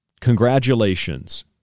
congratulations